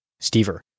Stever